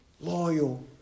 loyal